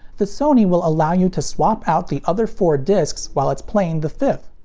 the sony will allow you to swap out the other four discs while it's playing the fifth.